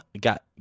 Got